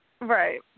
Right